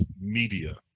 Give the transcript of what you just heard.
media